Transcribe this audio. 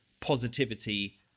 positivity